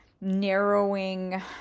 narrowing